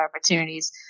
opportunities